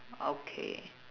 okay